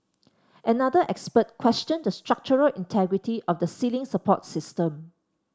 another expert questioned the structural integrity of the ceiling support system